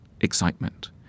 excitement